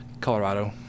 Colorado